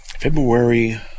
February